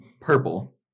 Purple